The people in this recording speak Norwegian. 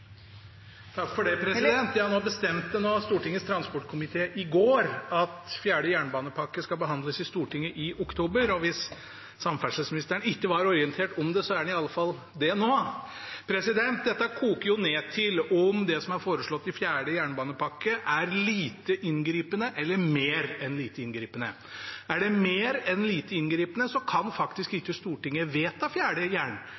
Nå bestemte Stortingets transportkomité i går at den fjerde jernbanepakken skal behandles i Stortinget i oktober. Hvis samferdselsministeren ikke var orientert om det, er han i alle fall det nå. Dette koker ned til om det som er foreslått i fjerde jernbanepakke, er lite inngripende eller mer enn lite inngripende. Er det mer enn lite inngripende, kan faktisk